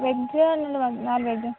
ವೆಜ್ಜಾ ಇಲ್ಲ non veg